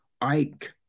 Ike